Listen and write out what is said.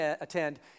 attend